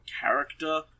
character